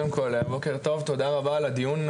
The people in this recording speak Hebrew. בוקר טוב, תודה רבה על הדיון.